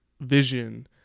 vision